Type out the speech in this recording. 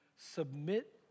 submit